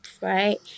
right